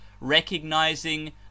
recognizing